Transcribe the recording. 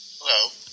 Hello